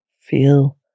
feel